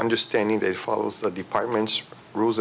understanding they follows the department's rules